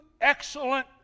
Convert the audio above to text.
excellent